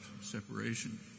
separation